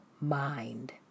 mind